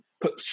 put